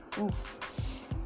oof